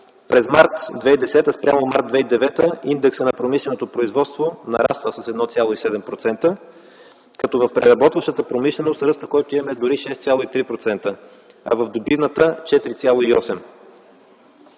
през м. март 2010 г. спрямо м. март 2009 г. индексът на промишленото производство нараства с 1,7% като в преработващата промишленост ръстът, който имаме, е дори 6,3%, а в добивната – 4,8%.